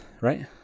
right